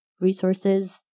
resources